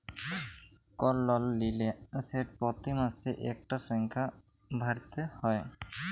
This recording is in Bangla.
কল লল লিলে সেট পতি মাসে ইকটা সংখ্যা ভ্যইরতে হ্যয়